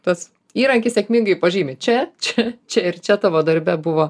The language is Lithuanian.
tas įrankis sėkmingai pažymi čia čia čia ir čia tavo darbe buvo